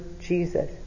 Jesus